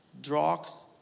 drugs